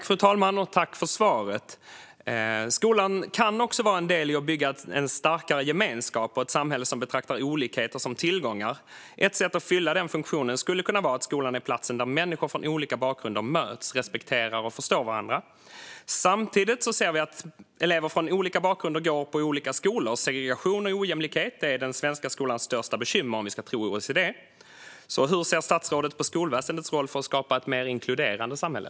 Fru talman! Tack för svaret! Skolan kan också vara en del i att bygga en starkare gemenskap och ett samhälle som betraktar olikheter som tillgångar. Ett sätt att fylla denna funktion skulle kunna vara att skolan är platsen där människor från olika bakgrunder möts och respekterar och förstår varandra. Samtidigt ser vi att elever från olika bakgrunder går i olika skolor. Segregation och ojämlikhet är den svenska skolans största bekymmer, om vi ska tro OECD. Hur ser statsrådet på skolväsendets roll för att skapa ett mer inkluderande samhälle?